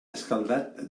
escaldat